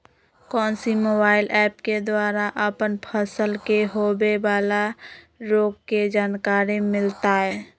कौन सी mobile app के द्वारा अपन फसल के होबे बाला रोग के जानकारी मिलताय?